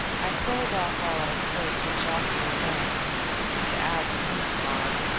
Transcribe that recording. i sold off all i could to jasper linn to add to his farm,